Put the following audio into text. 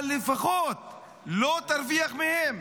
אבל לפחות לא תרוויח מהם.